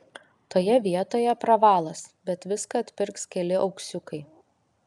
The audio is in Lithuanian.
toje vietoje pravalas bet viską atpirks keli auksiukai